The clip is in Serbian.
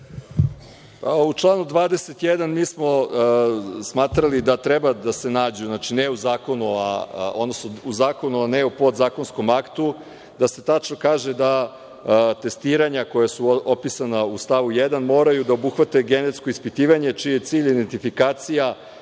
U članu 21. mi smo smatrali da treba da se nađu, znači u zakonu, a ne u podzakonskom aktu, da se tačno kaže da testiranja koja su opisana u stavu 1. moraju da obuhvate genetsko ispitivanje čiji je cilj identifikacija